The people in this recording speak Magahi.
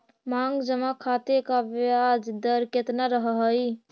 मांग जमा खाते का ब्याज दर केतना रहअ हई